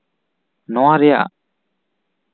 ᱱᱚᱣᱟ ᱨᱮᱭᱟᱜ